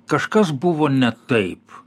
kažkas buvo ne taip